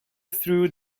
through